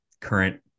current